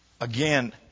again